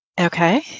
Okay